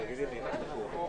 תחליטו מה שתחליטו,